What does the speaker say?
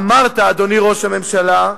אמרת, אדוני ראש הממשלה,